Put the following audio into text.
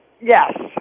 Yes